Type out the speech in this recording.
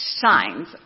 shines